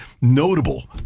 notable